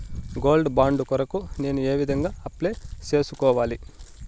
Gold bond కొరకు నేను ఏ విధంగా అప్లై సేసుకోవాలి?